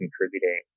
contributing